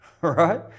right